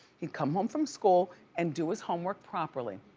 he'd come home from school and do his homework properly.